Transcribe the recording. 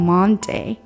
Monday